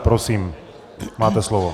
Prosím, máte slovo.